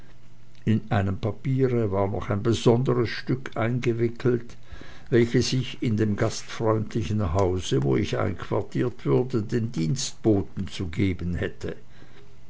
in einem papiere war noch ein besonderes stück eingewickelt welches ich in dem gastfreundlichen hause wo ich einquartiert würde den dienstboten zu geben hätte